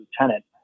lieutenant